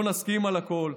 לא נסכים על הכול,